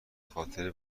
خاطر